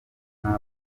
n’abo